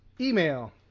email